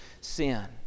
sin